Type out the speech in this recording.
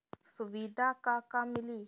सुविधा का का मिली?